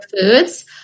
foods